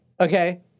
okay